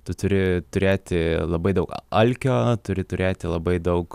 tu turi turėti labai daug a alkio turi turėti labai daug